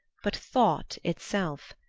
but thought itself.